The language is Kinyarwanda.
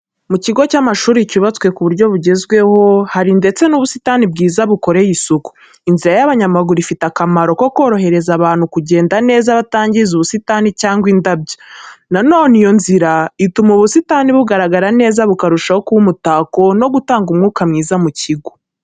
Mu kigo cy'amashuri cyubatswe ku buryo bugezweho, hari ndetse n'ubusitani bwiza bukoreye isuku. Inzira y’abanyamaguru ifite akamaro ko korohereza abantu kugenda neza batangiza ubusitani cyangwa indabyo. Na none iyo nzira ituma ubusitani bugaragara neza bukarushaho kuba umutako no gutanga umwuka mwiza mu kigo.